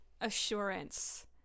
assurance